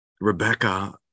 Rebecca